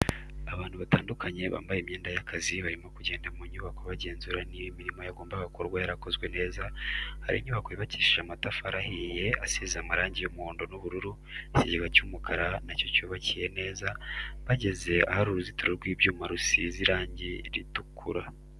Abantu batandukanye bambaye imyenda y'akazi barimo kugenda mu nyubako bagenzura niba imirimo yagombaga gukorwa yarakozwe neza, hari inyubako yubakishije amatafari ahiye isize amarangi y'umuhondo n'ubururu, ikigega cy'umukara na cyo cyubakiye neza, bageze ahari uruzitiro rw'ibyuma rusize irangi ritukura.